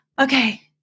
okay